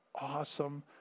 awesome